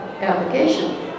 application